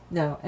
no